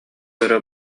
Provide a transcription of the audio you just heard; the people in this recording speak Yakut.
өрө